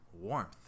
warmth